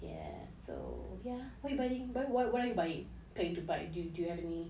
ya so ya what you buying what what are you buying planning to buy do you have any